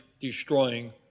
destroying